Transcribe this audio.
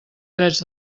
drets